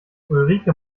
ulrike